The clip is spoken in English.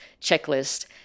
checklist